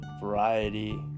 variety